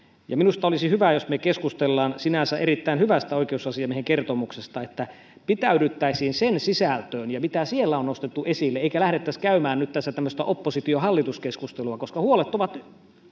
minusta olisi hyvä kun me keskustelemme sinänsä erittäin hyvästä oikeusasiamiehen kertomuksesta että pitäydyttäisiin sen sisällössä ja siinä mitä siellä on nostettu esille eikä nyt lähdettäisi käymään tämmöistä oppositio hallitus keskustelua koska huolet ovat